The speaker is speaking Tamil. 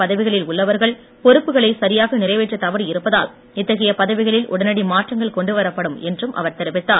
பதவிகளில் உள்ளவர்கள் பொறுப்புகளை சரியாக உயர்நிலை நிறைவேற்ற தவறி இருப்பதால் இத்தகைய பதவிகளில் உடனடி மாற்றங்கள் கொண்டுவரப்படும் என்றும் அவர் தெரிவித்தார்